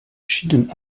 schienen